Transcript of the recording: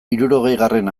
hirurogeigarren